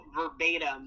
verbatim